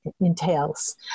entails